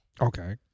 Okay